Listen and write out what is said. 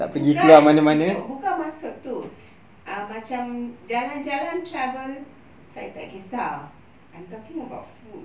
bukan itu bukan maksud itu err macam jalan-jalan travel saya tak kisah I'm talking about food